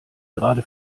gerade